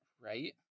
Right